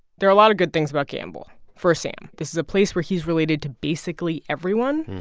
there are a lot of good things about gambell for sam. this is a place where he's related to basically everyone.